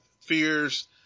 fears